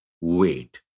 Wait